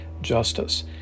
justice